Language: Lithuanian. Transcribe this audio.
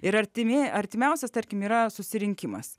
ir artimieji artimiausias tarkim yra susirinkimas